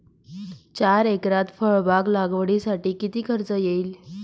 चार एकरात फळबाग लागवडीसाठी किती खर्च येईल?